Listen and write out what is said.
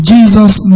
Jesus